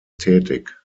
tätig